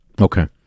Okay